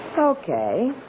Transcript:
Okay